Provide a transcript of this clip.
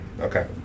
Okay